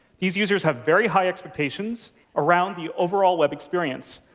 these users have very high expectations around the overall web experience.